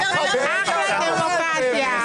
אחלה דמוקרטיה.